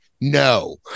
no